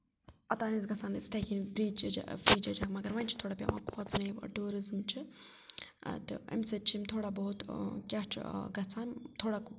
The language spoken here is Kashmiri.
اوٚتام ٲسۍ گژھان أسۍ یِتھَے کٔنۍ مگر وۄنۍ چھِ تھوڑا پٮ۪وان کھوژُن ٹوٗرِزم چھِ تہٕ امہِ سۭتۍ چھِ یِم تھوڑا بہت کیٛاہ چھُ گژھان تھوڑا